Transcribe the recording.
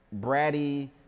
bratty